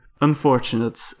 unfortunate